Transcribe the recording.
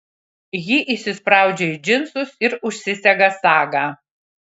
ji įsispraudžia į džinsus ir užsisega sagą